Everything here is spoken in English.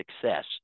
success